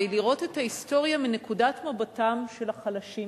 לראות את ההיסטוריה מנקודת מבטם של החלשים,